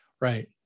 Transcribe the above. Right